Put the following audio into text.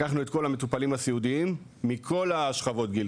לקחנו את כל המטופלים הסיעודיים מכל שכבות הגיל,